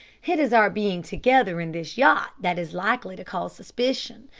it is our being together in this yacht that is likely to cause suspicion.